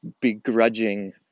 begrudging